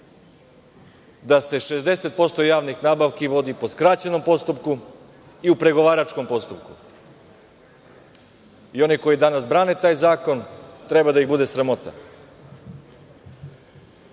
da se 60% javnih nabavki vodi po skraćenom postupku i u pregovaračkom postupku. Oni koji danas brane ovaj zakon treba da ih bude sramota. Poreski